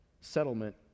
settlement